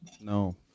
No